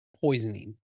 poisoning